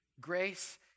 grace